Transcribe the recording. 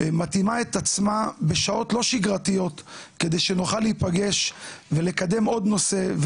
מתאימה את עצמה בשעות לא שגרתיות כדי שנוכל להיפגש ולקדם עוד נושא,